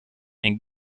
and